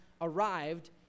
arrived